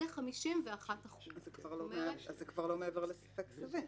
זה 51%. אז זה כבר לא מעבר לספק סביר.